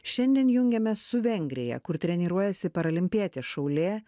šiandien jungiamės su vengrija kur treniruojasi paralimpietė šaulė